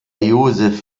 josef